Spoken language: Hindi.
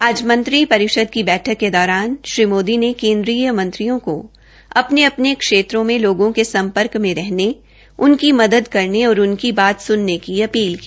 आज मंत्रि परिषद की बैठक के दौरान श्री मोदी ने केन्द्रीय मंत्रियों को अपने अपने क्षेत्रों में लोगों के सम्पर्क में रहने उनकी मदद करने और उनकी बात सुनने की अपील की